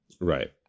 Right